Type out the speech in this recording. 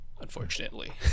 Unfortunately